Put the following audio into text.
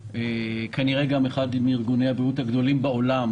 כנראה גם אחד מארגוני הבריאות הגדולים בעולם,